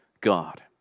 God